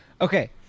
Okay